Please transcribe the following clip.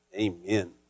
Amen